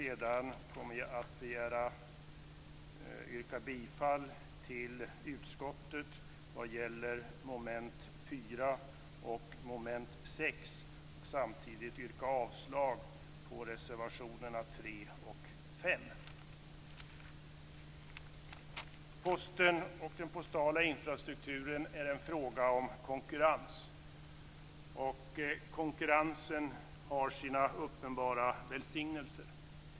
Jag yrkar även bifall till utskottets hemställan vad gäller mom. 4 och mom. 5, och samtidigt yrkar jag avslag på reservationerna nr 3 och nr 5. Posten och den postala infrastrukturen är en fråga om konkurrens, och konkurrensen har sina uppenbara välsignelser.